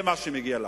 זה מה שמגיע לכם.